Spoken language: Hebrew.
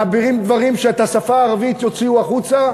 מעבירים דברים שאת השפה הערבית יוציאו החוצה.